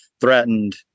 threatened